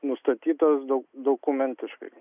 nustatytas dok dokumentiškai